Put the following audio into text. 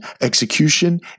execution